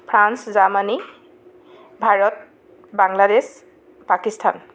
France Germany Bharat Bangladesh Pakistan